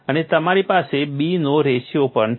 અને તમારી પાસે B નો રેશિયો પણ છે